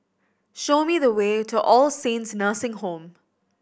show me the way to All Saints Nursing Home